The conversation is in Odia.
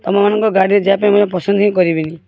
ତମମାନଙ୍କ ଗାଡ଼ିରେ ଯିବାପାଇଁ ମୁଁ ପସନ୍ଦ ହିଁ କରିବିନି